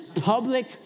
public